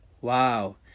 Wow